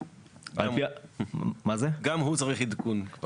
גם הוא צריך עדכון.